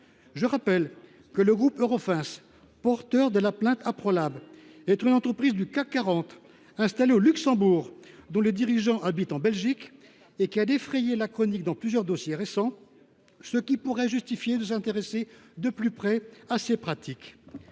le rappelle, le groupe Eurofins, porteur de la plainte Aprolab, est une entreprise du CAC 40, installée au Luxembourg, dont les dirigeants habitent en Belgique et qui a défrayé la chronique dans plusieurs dossiers récents ; cela pourrait justifier de s’intéresser de plus près à ses pratiques.